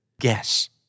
guess